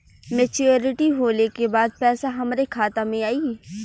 Maturity होले के बाद पैसा हमरे खाता में आई?